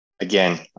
Again